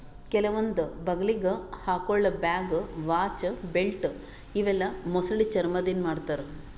ಕೆಲವೊಂದ್ ಬಗಲಿಗ್ ಹಾಕೊಳ್ಳ ಬ್ಯಾಗ್, ವಾಚ್, ಬೆಲ್ಟ್ ಇವೆಲ್ಲಾ ಮೊಸಳಿ ಚರ್ಮಾದಿಂದ್ ಮಾಡ್ತಾರಾ